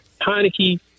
Heineke